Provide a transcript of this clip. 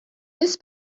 this